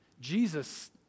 Jesus